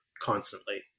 constantly